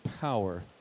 power